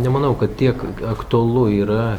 nemanau kad tiek aktualu yra